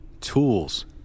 Tools